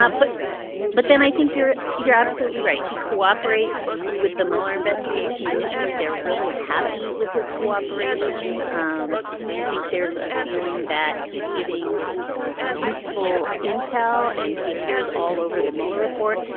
um but but then i think you're you're absolutely right. he cooperates with the mueller investigation initially. they're really happy with his cooperation. um i think there's a feeling that he's giving useful intel and he appears all over the mueller report.